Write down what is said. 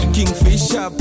Kingfisher